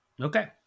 Okay